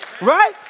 Right